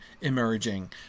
emerging